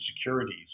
securities